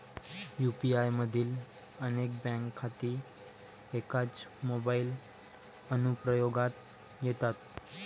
UPI मधील अनेक bank खाती एकाच मोबाइल अनुप्रयोगात येतात